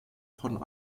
von